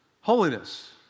Holiness